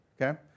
okay